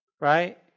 right